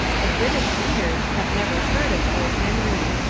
of british readers have never heard of o. henry,